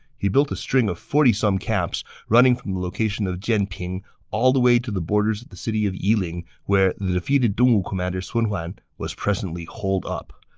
he built a string of forty some camps, running from the location of jianping all the way to the borders of the city of yiling, where the defeated dongwu commander sun huan was presently holed up.